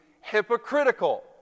hypocritical